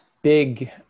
big